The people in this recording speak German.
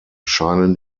scheinen